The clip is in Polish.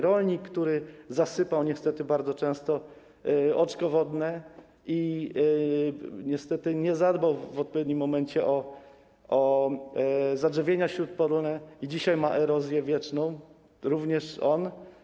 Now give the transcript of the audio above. Rolnik, który zasypał niestety, to bardzo często się działo, oczko wodne i niestety nie zadbał w odpowiednim momencie o zadrzewienia śródpolne, a dzisiaj ma erozję wietrzną - również on.